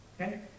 okay